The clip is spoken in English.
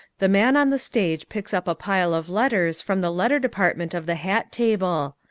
the man on the stage picks up a pile of letters from the letter department of the hat table.